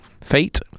fate